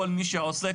כל מי שעוסק,